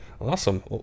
Awesome